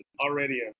already